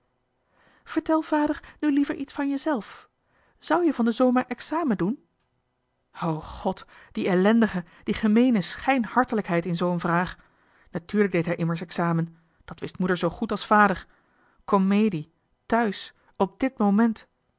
vertel vader nu liever iets van jezelf zu je van den zomer examen doen johan de meester de zonde in het deftige dorp o god die ellendige die gemeene schijn hartelijkheid in zoo een vraag natuurlijk deed hij immers examen dat wist moeder zoo goed als vader komedie thuis op dit moment